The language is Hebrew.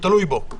דייר כן,